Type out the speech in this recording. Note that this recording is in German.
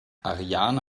ariane